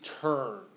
turn